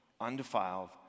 Undefiled